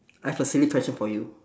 I've a silly question for you